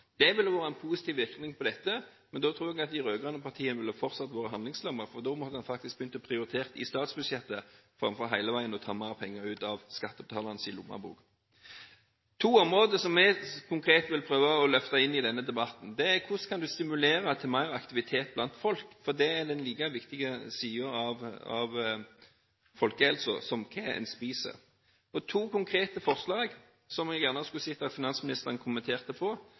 Det ville vært en positiv virkning av dette, men da tror jeg at de rød-grønne partiene fortsatt ville vært handlingslammet, for da måtte en faktisk begynne å prioritere i statsbudsjettet, framfor hele veien å ta mer penger ut av skattebetalernes lommebok. Et område som vi konkret vil prøve å løfte inn i denne debatten, er hvordan en kan stimulere til mer aktivitet blant folk, for det er den like viktige siden av folkehelsen som hva en spiser. Det er to konkrete forslag som jeg gjerne hadde sett at finansministeren kommenterte,